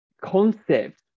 concept